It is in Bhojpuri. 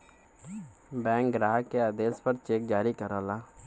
बैंक ग्राहक के आदेश पर चेक जारी करला